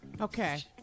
Okay